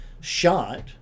shot